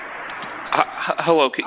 Hello